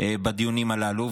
בדיונים הללו,